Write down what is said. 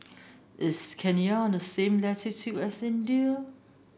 is Kenya on the same latitude as India